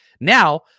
Now